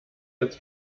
als